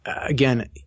again